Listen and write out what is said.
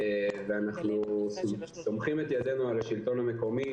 ואנחנו סומכים את ידנו על השלטון המקומי